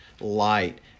light